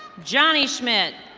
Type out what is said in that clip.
johnny schmidt.